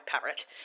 parrot